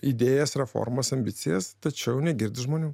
idėjas reformas ambicijas tačiau negirdi žmonių